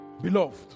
Beloved